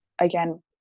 again